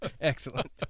Excellent